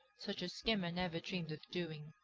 such as skimmer never dreamed of doing.